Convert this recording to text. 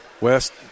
West